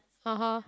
(uh huh)